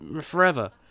forever